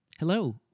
Hello